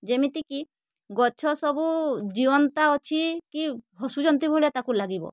ଯେମିତିକି ଗଛ ସବୁ ଜିଅନ୍ତା ଅଛି କି ହସୁଛନ୍ତି ଭଳିଆ ତାକୁ ଲାଗିବ